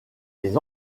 les